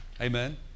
Amen